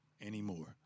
anymore